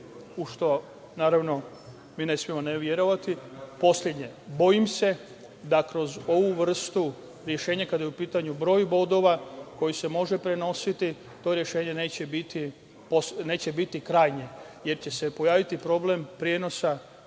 u šta naravno mi ne smemo verovati poslednje. Bojim se da kroz ovu vrstu rešenja kada je u pitanju broj bodova koji se može prenositi to rešenje neće biti krajnje, jer će se pojaviti problem prenosa